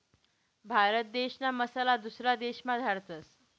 भारत देशना मसाला दुसरा देशमा धाडतस